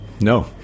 No